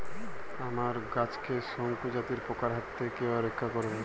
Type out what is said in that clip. আমার গাছকে শঙ্কু জাতীয় পোকার হাত থেকে কিভাবে রক্ষা করব?